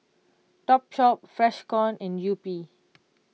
Topshop Freshkon and Yupi